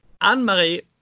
Anne-Marie